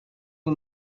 who